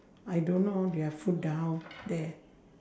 I don't know their food how there